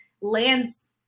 lands